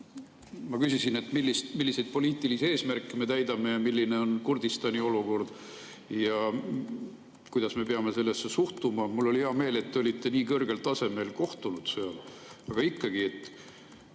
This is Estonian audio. Ma küsisin, milliseid poliitilisi eesmärke me seal täidame, milline on Kurdistani olukord ja kuidas me peame sellesse suhtuma. Mul on hea meel, et teil olid nii kõrgel tasemel kohtumised seal, aga ikkagi: kui